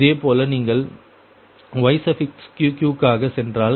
இதேபோல நீங்கள் Yqq க்காக சென்றால்